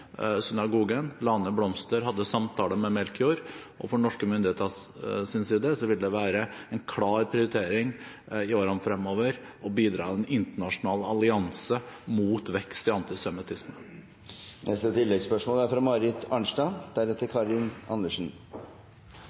synagogen, legge ned blomster, og jeg hadde samtale med Melchior. Fra norske myndigheters side vil det være en klar prioritering i årene fremover å bidra i en internasjonal allianse mot vekst i antisemittisme. Marit Arnstad – til oppfølgingsspørsmål. Den økende antisemittismen er